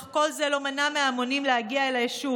אך כל זה לא מנע מההמונים להגיע אל היישוב.